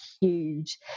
huge